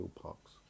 parks